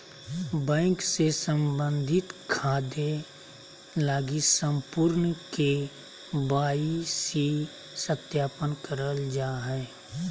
bank से संबंधित खाते लगी संपूर्ण के.वाई.सी सत्यापन करल जा हइ